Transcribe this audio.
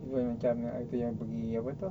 one time yang pergi apa tu